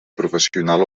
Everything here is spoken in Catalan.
professional